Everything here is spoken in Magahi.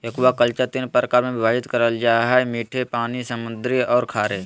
एक्वाकल्चर तीन प्रकार में विभाजित करल जा हइ मीठे पानी, समुद्री औरो खारे